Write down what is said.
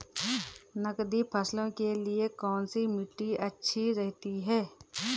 नकदी फसलों के लिए कौन सी मिट्टी अच्छी रहती है?